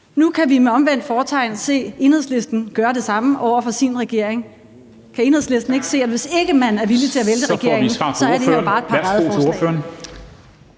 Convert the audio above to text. Nu kan vi med omvendt fortegn se Enhedslisten gøre det samme over for sin regering. Kan Enhedslisten ikke se, at hvis ikke man er villig til at vælte regeringen, er det her bare et paradeforslag?